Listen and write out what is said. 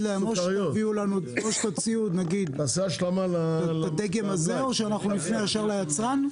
להם: או תציעו או הדגם הזה או נפנה ישר ליצרן?